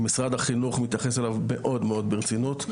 ומשרד החינוך מתייחס אליו מאוד מאוד ברצינות.